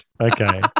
Okay